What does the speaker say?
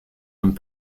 and